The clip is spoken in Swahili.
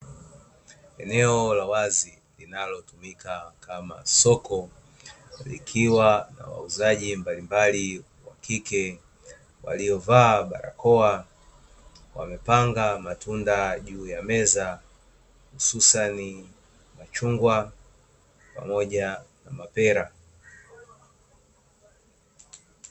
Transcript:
Eneo la wazi linalotumika kama soko, likiwa na wauzaji mbalimbali wa kike waliovaa barakoa, wamepanga matunda juu ya meza hususani machungwa pamoja na mapera.